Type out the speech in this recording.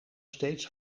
steeds